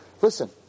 listen